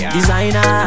Designer